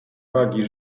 wagi